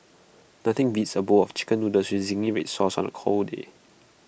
nothing beats A bowl of Chicken Noodles with Zingy Red Sauce on A cold day